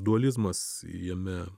dualizmas jame